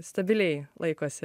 stabiliai laikosi